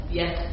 yes